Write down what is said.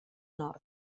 nord